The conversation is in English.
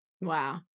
Wow